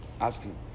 asking